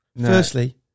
Firstly